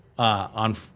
On